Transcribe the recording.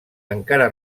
encara